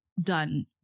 done